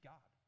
God